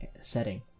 setting